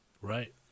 Right